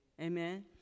Amen